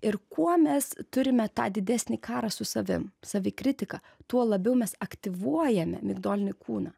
ir kuo mes turime tą didesnį karą su savim savikritika tuo labiau mes aktyvuojame migdolinį kūną